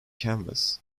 canvas